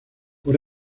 por